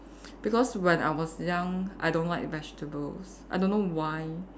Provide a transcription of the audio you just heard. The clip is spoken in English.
because when I was young I don't like vegetables I don't know why